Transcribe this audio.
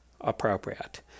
appropriate